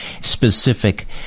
specific